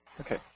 Okay